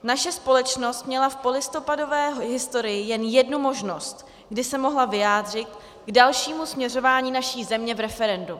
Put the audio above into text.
Naše společnost měla v polistopadové historii jen jednu možnost, kdy se mohla vyjádřit k dalšímu směřování naší země v referendu.